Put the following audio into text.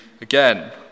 again